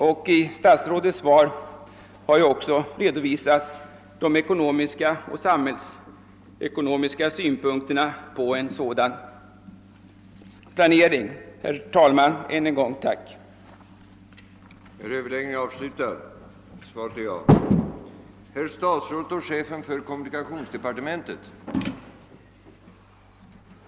I statsrådets svar har också redovisats de samhällsekonomiska synpunkterna på en sådan planering. Herr talman! Jag ber än en gång att få tacka för svaret.